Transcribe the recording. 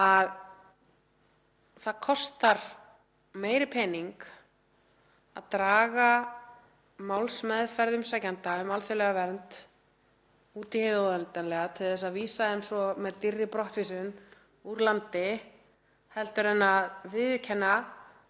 Það kostar meiri pening að draga málsmeðferð umsækjenda um alþjóðlega vernd út í hið óendanlega til að vísa þeim svo með dýrri brottvísun úr landi en að viðurkenna